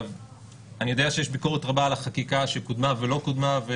אני יודע שיש ביקורת רבה על החקיקה שקודמה ולא קודמה.